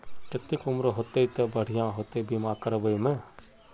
केते उम्र होते ते बढ़िया होते बीमा करबे में?